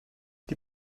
die